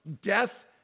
death